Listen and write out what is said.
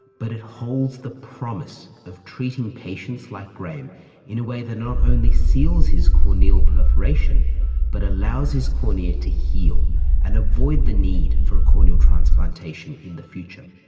but it holds the promise of treating patients like graham in a way that not only seals his corneal perforation but allows his cornea to heal and avoid the need for a corneal transplantation in the future.